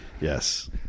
Yes